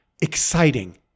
exciting